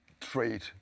trade